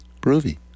groovy